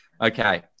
Okay